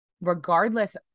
regardless